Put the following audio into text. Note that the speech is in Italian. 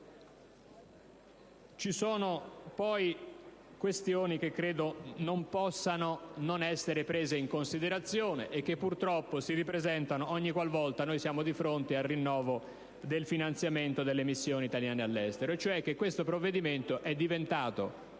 Ci sono poi questioni che credo non possano non essere prese in considerazione, e che purtroppo si ripresentano ogni qualvolta ci troviamo di fronte al rinnovo del finanziamento delle missioni italiane all'estero. Mi riferisco al fatto che questo decreto è diventato